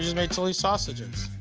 made toulouse sausages.